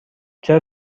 چرا